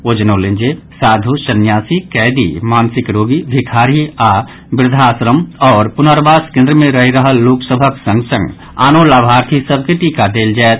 ओ जनौलनि जे साधु संन्यासी कैदी मानसिक रोगी भिखारी आ वृद्वाश्रम आओर पुनर्वास केन्द्र मे रहि रहल लोक सभक संग संग आनो लाभार्थी सभ के टीका देल जायत